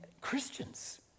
Christians